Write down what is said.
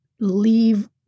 leave